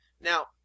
Now